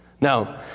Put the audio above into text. Now